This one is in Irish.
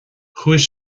chuaigh